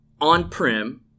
on-prem